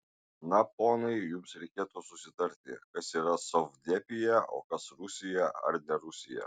na ponai jums reikėtų susitarti kas yra sovdepija o kas rusija ar ne rusija